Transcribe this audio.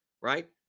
right